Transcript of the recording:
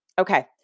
Okay